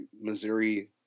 Missouri